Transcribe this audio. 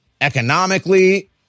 economically